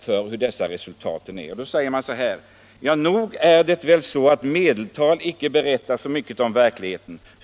I det sammanhanget sägs följande: ”Ja, nog är det väl så att medeltal inte berättar så mycket om verkligheten?